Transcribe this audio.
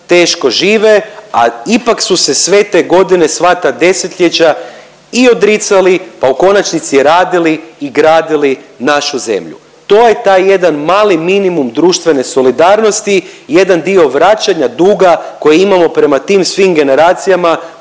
teško žive, a ipak su se sve te godine, sva ta desetljeća i odricali, pa u konačnici radili i gradili našu zemlju. To je taj jedan mali minimum društvene solidarnosti, jedan dio vraćanja duga koji imamo prema tim svim generacijama